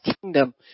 kingdom